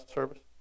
service